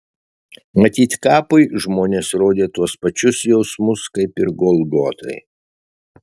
matyt kapui žmonės rodė tuos pačius jausmus kaip ir golgotai